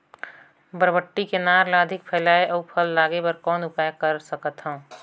बरबट्टी के नार ल अधिक फैलाय अउ फल लागे बर कौन उपाय कर सकथव?